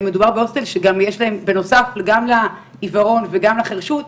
מדובר בהוסטל שיש להם בנוסף גם לעיוורון וגם לחרשות,